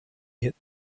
hit